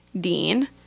Dean